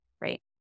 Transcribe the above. right